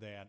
that